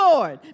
Lord